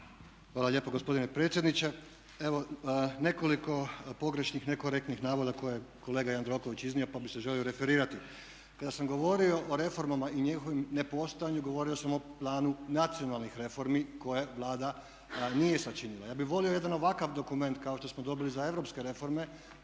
Hvala lijepo gospodine predsjedniče. Evo nekoliko pogrešnih, nekorektnih navoda koje je kolega Jandroković iznio, pa bih se želio referirati. Kada sam govorio o reformama i njihovom nepostojanju govorio sam o Planu nacionalnih reformi koje Vlada nije sačinila. Ja bih volio jedan ovakav dokument kao što smo dobili za europske reforme